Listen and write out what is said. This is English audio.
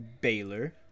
Baylor